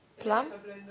plum